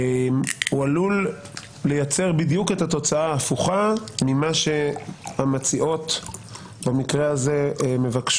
הוא עלול לייצר בדיוק את התוצאה ההפוכה ממה שהמציעות מבקשות במקרה הזה.